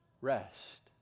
rest